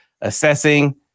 assessing